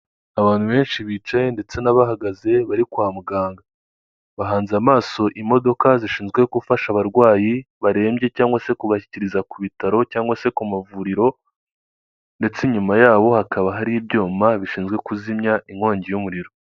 Abantu benshi bicaye ndetse n'abahagaze bari kwa muganga, bahanze amaso imodoka zishinzwe gufasha abarwayi barembye cyangwa se kubashyikiriza ku bitaro cyangwa se ku mavuriro, ndetse inyuma yaho hakaba hari ibyuma bishinzwe kuzimya inkongi y'umuriro.